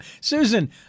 Susan